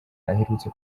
aherutse